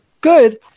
good